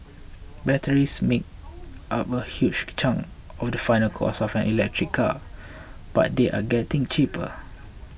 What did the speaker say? batteries make up a huge chunk of the final cost of an electric car but they are getting cheaper